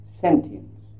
sentience